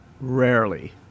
Rarely